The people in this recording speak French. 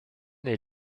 est